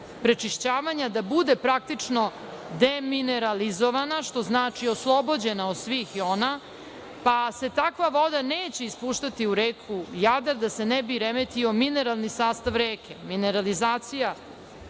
prečišćavanja da bude praktično demineralizovana, što znači oslobođena od svih jona, pa se takva voda neće ispuštati u reku Jadar, da se ne bi remetio mineralni sastav reke. Mineralizacija